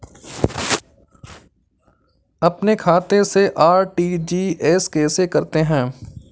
अपने खाते से आर.टी.जी.एस कैसे करते हैं?